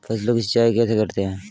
फसलों की सिंचाई कैसे करते हैं?